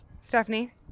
stephanie